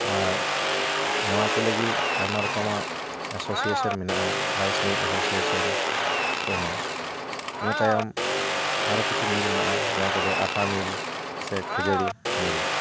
ᱟᱨ ᱱᱚᱣᱟ ᱠᱚ ᱞᱟᱹᱜᱤᱫ ᱟᱭᱢᱟ ᱨᱚᱠᱚᱢᱟᱜ ᱮᱥᱳᱥᱤᱭᱮᱥᱚᱱ ᱢᱮᱱᱟᱜᱼᱟ ᱨᱟᱭᱤᱥ ᱢᱤᱞ ᱮᱥᱳᱥᱤᱭᱮᱥᱚᱱ ᱠᱚᱦᱚᱸ ᱤᱱᱟᱹ ᱛᱟᱭᱚᱢ ᱟᱨᱚ ᱠᱤᱪᱷᱩ ᱢᱤᱞ ᱢᱮᱱᱟᱜᱼᱟ ᱡᱟᱦᱟᱸ ᱠᱚᱫᱚ ᱟᱴᱟ ᱢᱤᱞ ᱥᱮ ᱠᱷᱟᱹᱡᱟᱹᱲᱤ ᱢᱤᱞ